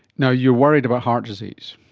now, you're worried about heart disease.